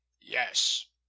Yes